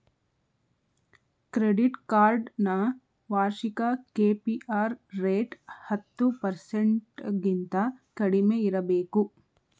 credit card ನ ವಾರ್ಷಿಕ KPR rate ಹತ್ತು ಪರ್ಸೆಂಟಗಿಂತ ಕಡಿಮೆ ಇರಬೇಕು